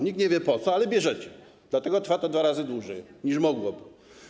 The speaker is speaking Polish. Nikt nie wie po co, ale bierzecie, dlatego trwa to dwa razy dłużej, niż mogłoby.